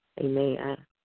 Amen